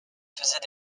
faisait